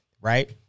right